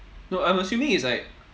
no I'm assuming it's like